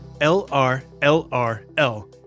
L-R-L-R-L